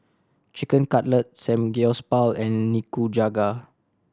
Chicken Cutlet Samgyeopsal and Nikujaga